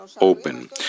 open